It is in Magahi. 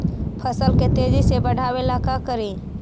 फसल के तेजी से बढ़ाबे ला का करि?